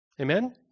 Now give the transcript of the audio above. Amen